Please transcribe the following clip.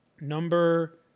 Number